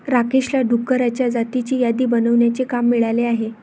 राकेशला डुकरांच्या जातींची यादी बनवण्याचे काम मिळाले आहे